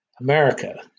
America